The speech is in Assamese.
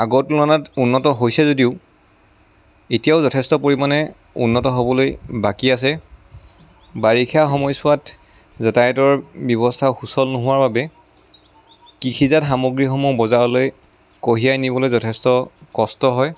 আগৰ তুলনাত উন্নত হৈছে যদিও এতিয়াও যথেষ্ট পৰিমাণে উন্নত হ'বলৈ বাকী আছে বাৰিষা সময়ছোৱাত যাতায়তৰ ব্যৱস্থা সুচল নোহোৱাৰ বাবে কৃষিজাত সামগ্ৰীসমূহ বজাৰলৈ কঢ়িয়াই নিবলৈ যথেষ্ট কষ্ট হয়